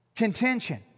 contention